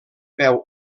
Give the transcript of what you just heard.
peu